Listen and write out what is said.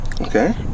Okay